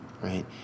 right